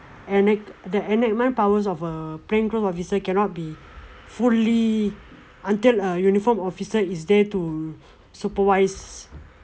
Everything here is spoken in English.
and enac~ the enactment powers of a plain clothes officer cannot be fully until a uniformed officer is there to supervise